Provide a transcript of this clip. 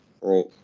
right